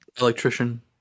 Electrician